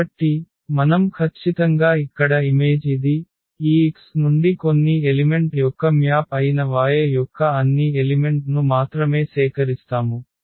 కాబట్టి మనం ఖచ్చితంగా ఇక్కడ ఇమేజ్ ఇది ఈ X నుండి కొన్ని ఎలిమెంట్ యొక్క మ్యాప్ అయిన y యొక్క అన్ని ఎలిమెంట్ ను మాత్రమే సేకరిస్తాము